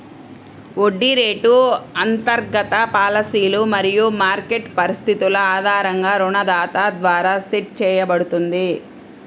వడ్డీ రేటు అంతర్గత పాలసీలు మరియు మార్కెట్ పరిస్థితుల ఆధారంగా రుణదాత ద్వారా సెట్ చేయబడుతుంది